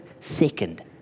second